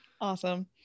awesome